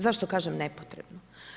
Zašto kažem nepotrebno?